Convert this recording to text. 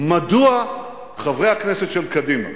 מדוע חברי הכנסת של קדימה,